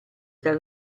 dal